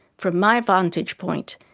from my vantage point,